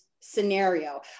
scenario